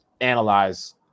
analyze